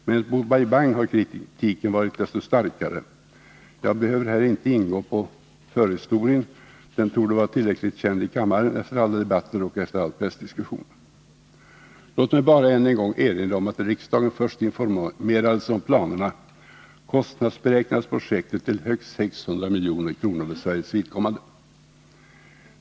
Men mot Bai Bang har kritiken varit desto starkare. Jag behöver här inte ingå på förhistorien; den torde vara tillräckligt känd i kammaren efter alla debatter och efter all pressdiskussion. Låt mig bara än en gång erinra om att när riksdagen först informerades om planerna kostnadsberäknades projektet till högst 600 milj.kr. för Sveriges vidkommande.